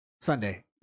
Sunday